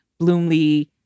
Bloomley